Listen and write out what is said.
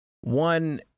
One